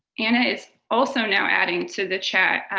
anna is also now adding to the chat,